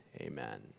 Amen